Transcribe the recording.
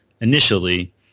initially